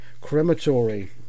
crematory